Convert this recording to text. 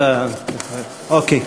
תודה.